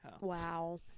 Wow